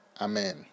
Amen